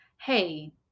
hey